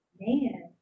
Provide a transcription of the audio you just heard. Man